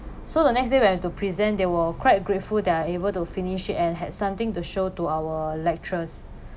so the next day when need to present they were quite grateful that I able to finish it and had something to show to our lecturers